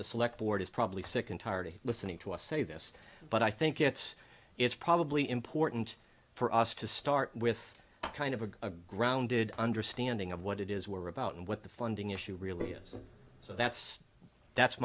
the select board is probably sick and tired of listening to us say this but i think it's it's probably important for us to start with kind of a grounded understanding of what it is were about and what the funding issue really is so that's that's